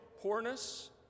poorness